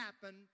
happen